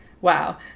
wow